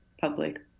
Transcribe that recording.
public